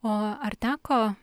o ar teko